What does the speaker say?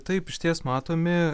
taip išties matomi